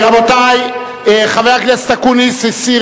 רבותי, חבר הכנסת אקוניס הסיר